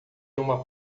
uma